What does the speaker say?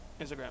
Instagram